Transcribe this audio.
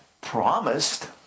promised